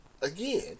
again